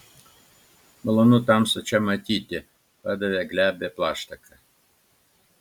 malonu tamstą čia matyti padavė glebią plaštaką